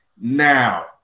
now